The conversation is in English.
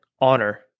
Honor